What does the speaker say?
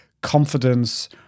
confidence